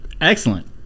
Excellent